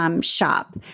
shop